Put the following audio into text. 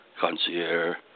concierge